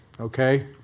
Okay